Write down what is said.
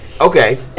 Okay